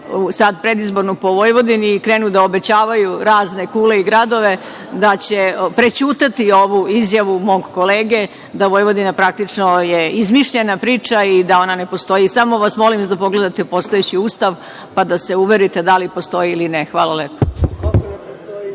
predizbornu po Vojvodini i krenu da obećavaju razne kule i gradove, da će prećutati ovu izjavu mog kolege da je Vojvodina praktično izmišljena priča i da ona ne postoji. Samo vas molim da pogledate postojeći Ustav, pa da pogledate da li postoji ili ne. Hvala lepo.